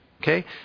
Okay